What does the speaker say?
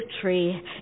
tree